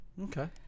Okay